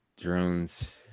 Drones